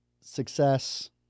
success